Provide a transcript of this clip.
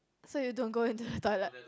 so you don't go into the toilet